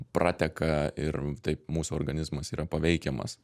prateka ir taip mūsų organizmas yra paveikiamas